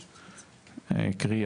קרי,